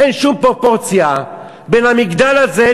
אין שום פרופורציה בין המגדל הזה,